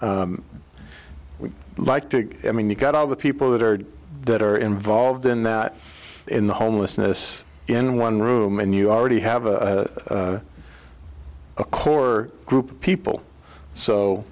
we'd like to i mean you got all the people that are that are involved in that in the homelessness in one room and you already have a a core group of people